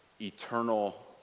eternal